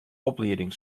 oplieding